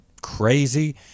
crazy